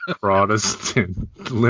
Protestant